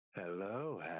hello